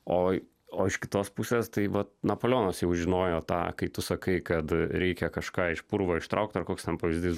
o o iš kitos pusės tai vat napoleonas jau žinojo tą kai tu sakai kad reikia kažką iš purvo ištraukt ar koks ten pavyzdys